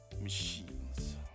machines